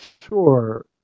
Sure